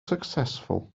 successful